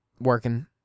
working